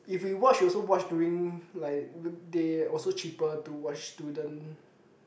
if we watch we also watch during like weekday also cheaper to watch student